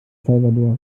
salvador